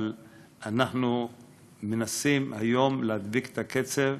אבל אנחנו מנסים היום להדביק את הקצב.